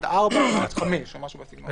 עד 16:00 אלא עד 17:00 או משהו בסגנון.